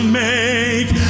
make